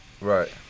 Right